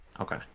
okay